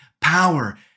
power